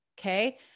Okay